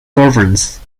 governs